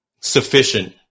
sufficient